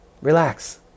Relax